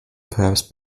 perhaps